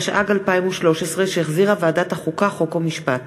התשע"ג 2013, שהחזירה ועדת החוקה, חוק ומשפט.